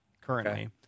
currently